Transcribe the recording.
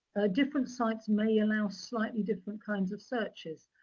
different sites may allow slightly different kinds of searches.